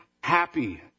happy